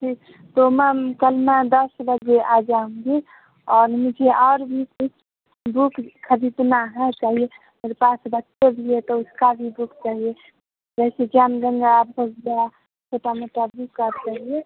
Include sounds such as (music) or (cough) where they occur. जी तो मैम कल मैं दस बजे आ जाऊँगी और मुझे और भी कुछ बुक खरीदना है चाहिए मेरे पास बच्चें भी हैं तो उसका भी बुक चाहिए जैसे ज्ञानगंगा (unintelligible) छोटा में कैब्रीकप चाहिए